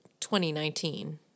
2019